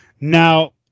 Now